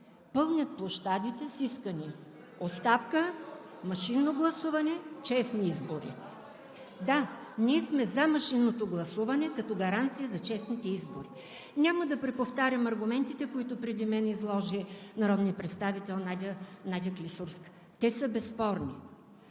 пълнят площадите с искания: оставка, машинно гласуване, честни избори? (Шум и реплики.) Да, ние сме за машинното гласуване като гаранция за честните избори. Няма да преповтарям аргументите, които преди мен изложи народният представител Надя Клисурска. Те са безспорни.